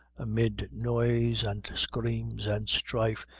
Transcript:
amid noise, and screams, and strife,